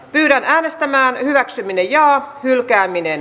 yhden äänestämään yhä minne ja hylkääminen